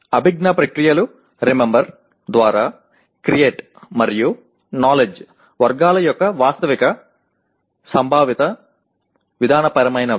అభిజ్ఞా ప్రక్రియలు రిమెంబర్ ద్వారా క్రియేట్ మరియు నాలెడ్జ్ వర్గాల యొక్క వాస్తవిక సంభావిత విధానపరమైనవి